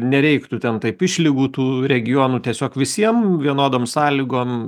nereiktų ten taip išlygų tų regionų tiesiog visiem vienodom sąlygom